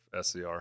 SCR